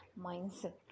mindset